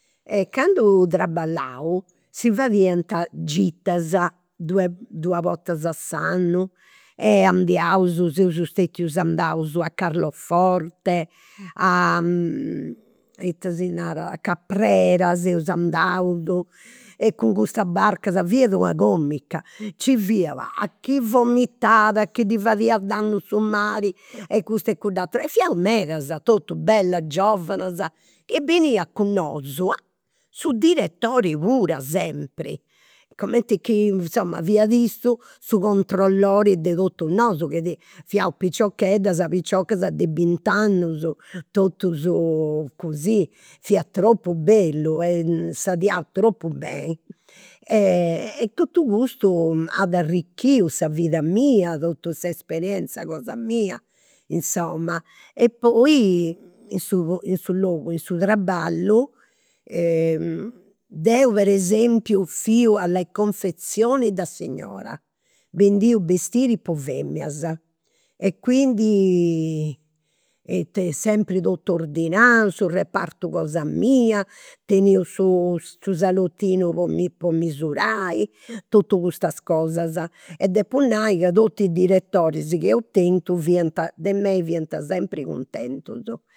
Candu traballau, si fadiant gitas, duas duas 0ortas a s'annu. E andiaus, seus stetiu andaus a Carloforte, a ita si narat, a Caprera seus andus, con custas barcas fiat una comica, nci fiat a chi vomitat a chi ddi fadiat dannu su mari e custu e cudd'ateru. E fiaus medas, totus bellas giovanas e beniat cun nosu su direttori pura sempri. Cumenti chi insoma, fiat issu su comtrollori de totus nosu, ca fiaus piciocheddas, piciocas de bint'annus, totus così. Fiat tropu bellu, tropu beni. E totu custu at arrichiu sa vida mia, totu s'esperienza cosa mia, insoma. E poi in su in su logu, in su traballu deu, per esempiu, fiu alle confezioni da signora, bendiu bistiris po feminas e quindi totu sempri ordinau, su repartu cosa mia. Tenia su su su salotinu po mi po misurai. Totu custas cosas. E depu nai ca totus i' diretoris chi eu tentu fiant de mei, fiant sempri cuntentus